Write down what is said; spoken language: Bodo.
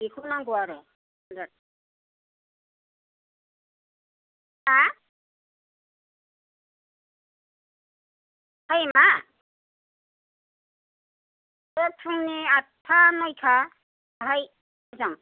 बेखौ नांगौ आरो हो तायेमा फुंनि आटता नईता बेहाय मोजां